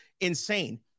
insane